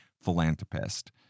philanthropist